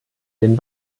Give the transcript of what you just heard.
den